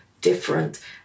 different